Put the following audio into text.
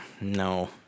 no